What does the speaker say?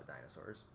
dinosaurs